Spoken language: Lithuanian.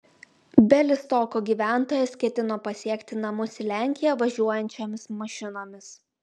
bialystoko gyventojas ketino pasiekti namus į lenkiją važiuojančiomis mašinomis